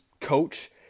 coach